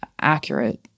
accurate